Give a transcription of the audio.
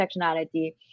intersectionality